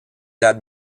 had